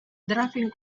dropping